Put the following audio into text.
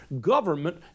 government